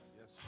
yes